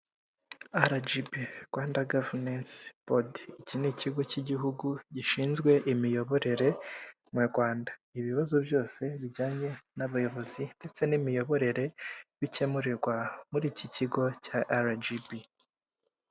RGB Rwanda gavanensi bodi, iki ni ikigo cy'igihugu gishinzwe imiyoborere mu Rwanda, ibibazo byose bijyanye n'abayobozi ndetse n'imiyoborere, bikemurirwa muri iki kigo cya RGB.